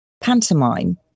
pantomime